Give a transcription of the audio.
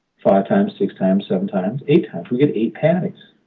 five times, six times, seven times, eight times. we get eight patties.